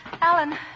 Alan